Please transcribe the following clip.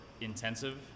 intensive